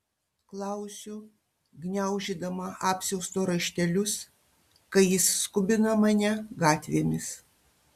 klausiu gniaužydama apsiausto raištelius kai jis skubina mane gatvėmis